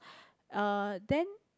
uh then